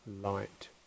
light